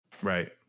right